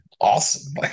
awesome